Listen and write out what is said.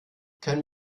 können